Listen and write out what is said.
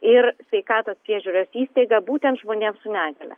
ir sveikatos priežiūros įstaigą būtent žmonėms su negalia